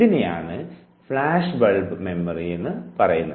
ഇതിനെയാണ് flash bulb ഓർമ്മ എന്ന് വിളിക്കുന്നത്